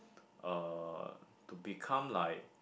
uh to become like